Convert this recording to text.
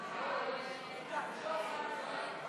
ההצעה להעביר את הצעת חוק חינוך